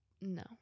No